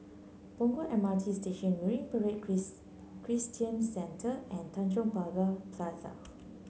Punggol M R T Station Marine Parade Christian Centre and Tanjong Pagar Plaza